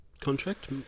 contract